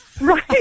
Right